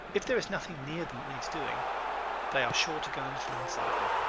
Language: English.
if there is nothing near them that needs doing they are sure to go and find something.